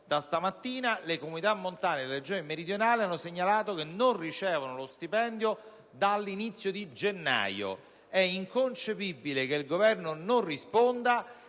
dipendenti delle comunità montane delle Regioni meridionali hanno segnalato che non ricevono lo stipendio dall'inizio di gennaio. È inconcepibile che il Governo non risponda